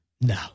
No